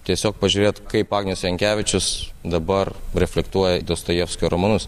tiesiog pažiūrėt kaip agnius jankevičius dabar reflektuoja dostojevskio romanus